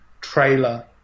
trailer